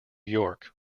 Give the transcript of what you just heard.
york